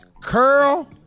Curl